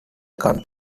county